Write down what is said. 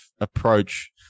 approach